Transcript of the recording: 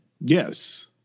Yes